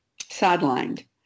sidelined